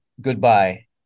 goodbye